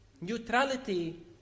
Neutrality